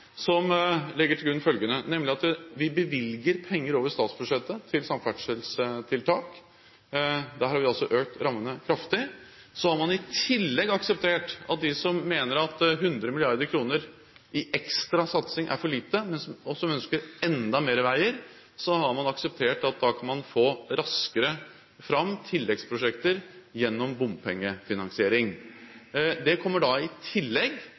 som legger til grunn at vi bevilger penger over statsbudsjettet til samferdselstiltak. Der har vi økt rammene kraftig. Så har man i tillegg akseptert at de som mener at 100 mrd. kr i ekstra satsing er for lite, og som ønsker enda mer veier – der har man akseptert at man kan få raskere fram tilleggsprosjekter gjennom bompengefinansiering. Det kommer i tillegg,